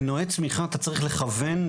מנועי צמיחה אתה צריך לכוון,